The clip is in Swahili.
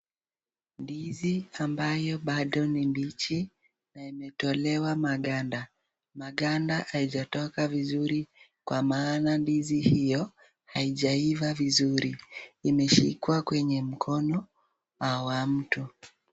Ndizi ambayo bado ni mbichi na imetolewa maganda, maganda haijatoka vizuri kwa maana ndizi hio haijaiva vizuri, imeshikwa kwenye mkono wa mtu.